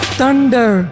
Thunder